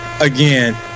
again